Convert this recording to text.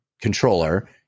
controller